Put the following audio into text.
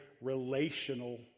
relational